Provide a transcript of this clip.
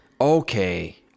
Okay